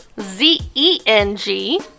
Z-E-N-G